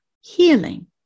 healing